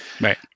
Right